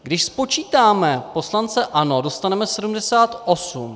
Když spočítáme poslance ANO, dostaneme 78.